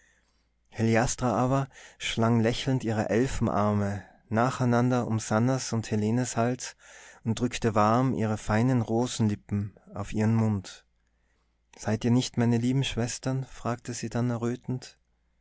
heliastra aber schlang lächelnd ihre elfenarme nach einander um sannahs und helenes hals und drückte warm ihre feinen rosenlippen auf ihren mund seid ihr nicht meine lieben schwestern fragte sie dann errötend